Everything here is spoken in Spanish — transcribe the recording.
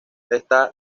está